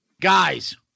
Guys